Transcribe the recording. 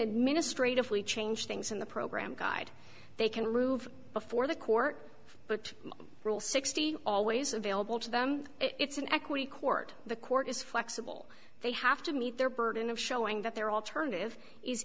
administratively change things in the program guide they can move before the court but rule sixty always available to them it's an equity court the court is flexible they have to meet their burden of showing that their alternative is